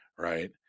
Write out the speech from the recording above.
Right